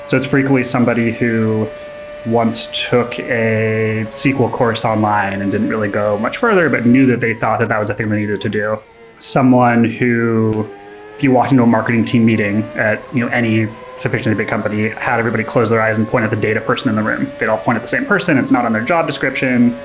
so it's frequently somebody who once took a sql course online and didn't really go much further, but knew that they thought that that was a thing they needed to do someone who if you walked into a marketing team meeting at you know any sufficiently big company, had everybody close their eyes and point at the data person in the room, they'd all point at the same person. it's not on their job description,